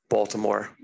Baltimore